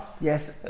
Yes